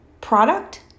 product